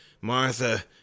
Martha